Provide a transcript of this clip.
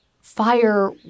fire